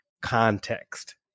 context